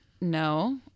no